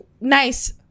nice